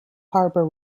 harbor